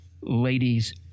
ladies